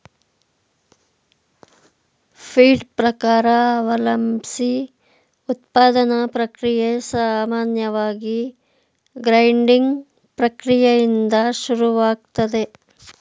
feed ಪ್ರಕಾರ ಅವಲಂಬ್ಸಿ ಉತ್ಪಾದನಾ ಪ್ರಕ್ರಿಯೆ ಸಾಮಾನ್ಯವಾಗಿ ಗ್ರೈಂಡಿಂಗ್ ಪ್ರಕ್ರಿಯೆಯಿಂದ ಶುರುವಾಗ್ತದೆ